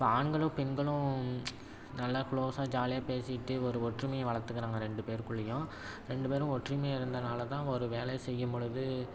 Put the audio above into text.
இப்போ ஆண்களும் பெண்களும் நல்லா க்ளோஸாக ஜாலியாக பேசிவிட்டு ஒரு ஒற்றுமையை வளர்த்துக்குறாங்க ரெண்டு பேருக்குள்ளேயும் ரெண்டு பேரும் ஒற்றுமையாக இருந்தனால் தான் ஒரு வேலையை செய்யும் பொலுது